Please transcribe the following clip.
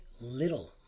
little